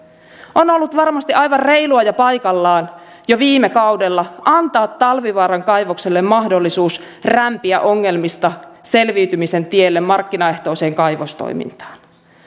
on ollut varmasti aivan reilua ja paikallaan jo viime kaudella antaa talvivaaran kaivokselle mahdollisuus rämpiä ongelmista selviytymisen tielle markkinaehtoiseen kaivostoimintaan